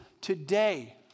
today